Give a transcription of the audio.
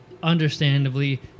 Understandably